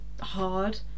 hard